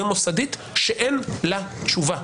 זו בעיה מבנית ומוסדית שאין לה תשובה.